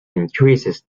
increases